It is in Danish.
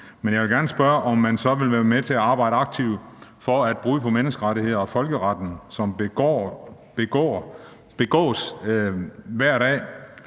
Men jeg vil gerne spørge, om man så vil være med til at arbejde aktivt for, at brud på menneskerettigheder og folkeretten, som begås hver dag,